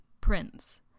Prince